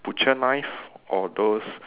butcher knife or those